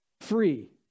Free